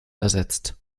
ersetzt